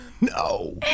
No